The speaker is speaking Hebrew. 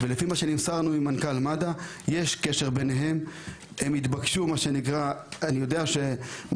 ולפי מה שנמסר לנו ממנכ"ל מד"א יש קשר בין מד"א לאיחוד הצלה.